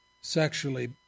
sexually